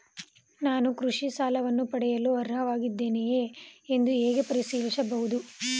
ನಾನು ಕೃಷಿ ಸಾಲವನ್ನು ಪಡೆಯಲು ಅರ್ಹನಾಗಿದ್ದೇನೆಯೇ ಎಂದು ಹೇಗೆ ಪರಿಶೀಲಿಸಬಹುದು?